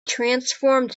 transformed